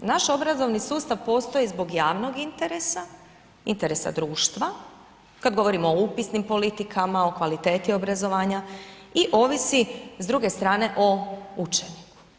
Naš obrazovni sustav postoji zbog javnog interesa, interesa društva, kad govorimo o upisnim politikama, o kvaliteti obrazovanja i ovisi s druge strane o učenju.